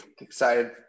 excited